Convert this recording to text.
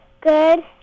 Good